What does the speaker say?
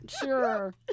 Sure